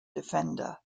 defender